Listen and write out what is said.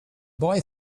boy